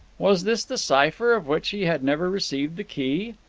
was this the cipher, of which he had never received the key?